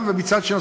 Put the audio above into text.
ומצד שני,